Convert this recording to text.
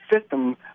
system